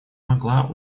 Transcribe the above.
могла